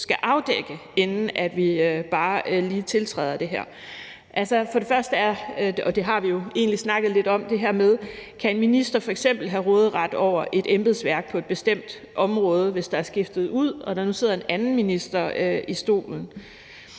skal afdække, inden vi bare lige tiltræder det her. For det første er der det her med – og det har vi jo egentlig snakket lidt om – om en minister f.eks. kan have råderet over et embedsværk på et bestemt område, hvis der er skiftet ud og der nu sidder en anden minister i stolen.